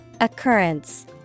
Occurrence